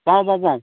পাওঁ পাওঁ